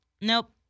nope